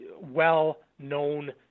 well-known